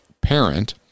parent